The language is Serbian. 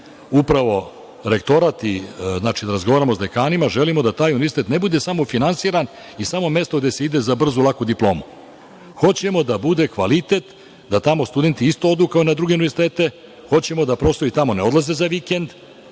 upravo rektorat i da razgovaramo sa dekanima. Želimo da taj univerzitet ne bude samo finansiran i samo mesto gde se ide za brzu i laku diplomu. Hoćemo da bude kvalitet, da tamo studenti odu isto kao na druge univerzitete, hoćemo da profesori tamo ne odlaze za vikend,